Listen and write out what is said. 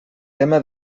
tema